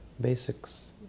basics